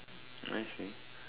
I see